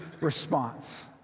response